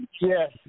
Yes